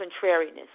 contrariness